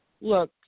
look